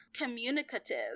communicative